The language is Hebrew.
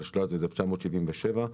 התשל"ז-1977,